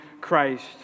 Christ